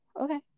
okay